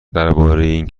این